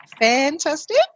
fantastic